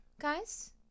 guys